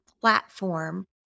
platform